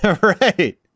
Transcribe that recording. Right